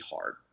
hard